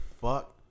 fuck